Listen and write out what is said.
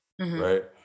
Right